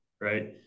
right